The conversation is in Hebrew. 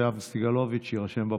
(בידוד בפיקוח טכנולוגי של אדם החייב בבידוד),